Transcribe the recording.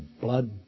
blood